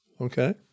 Okay